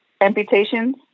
amputations